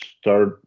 start